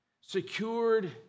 secured